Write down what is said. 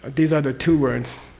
these are the two words